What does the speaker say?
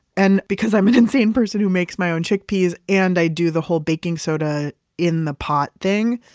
and because i'm an insane person who makes my own chickpeas, and i do the whole baking soda in the pot thing,